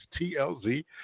TLZ